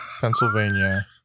Pennsylvania